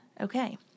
Okay